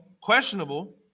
questionable